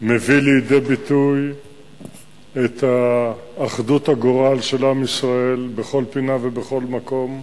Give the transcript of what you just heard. מביא לידי ביטוי את אחדות הגורל של עם ישראל בכל פינה ובכל מקום,